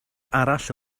arall